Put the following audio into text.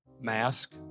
Mask